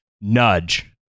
Nudge